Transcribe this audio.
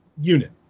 unit